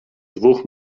dwóch